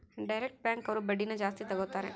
direct bank ಅವ್ರು ಬಡ್ಡಿನ ಜಾಸ್ತಿ ತಗೋತಾರೆ